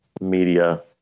media